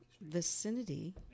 Vicinity